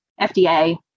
FDA